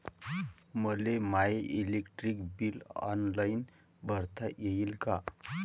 मले my electric bill online भरता येईन का?